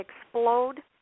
explode